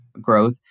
growth